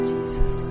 Jesus